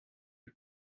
lui